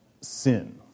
sin